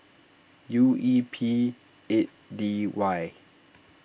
U E P eight D Y